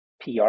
PR